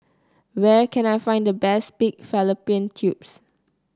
where can I find the best Pig Fallopian Tubes